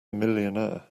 millionaire